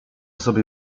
sobie